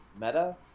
meta